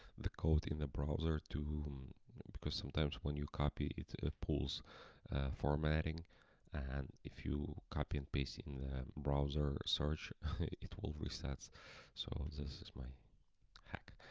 the code in the browser to because sometimes when you copy it it pulls formatting and if you copy and paste in browser search it will resets so this is my hack.